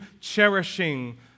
cherishing